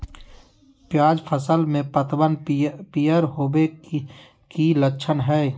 प्याज फसल में पतबन पियर होवे के की लक्षण हय?